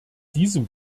diesem